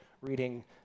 reading